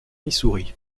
missouri